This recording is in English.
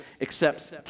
accepts